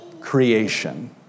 creation